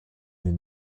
den